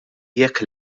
jekk